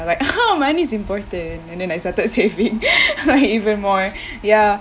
like money is important and then I started saving like even more ya